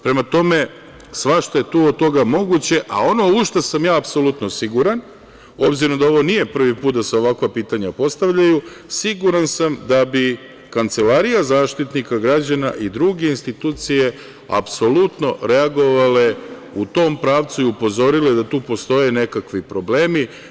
Prema tome, svašta je tu od toga moguće, a ono u šta sam ja apsolutno siguran, obzirom da ovo nije prvi put da se ovakva pitanja postavljaju, siguran sam da bi kancelarija Zaštitnika građana i druge institucije apsolutno reagovale u tom pravcu i upozorile da tu postoje nekakvi problemi.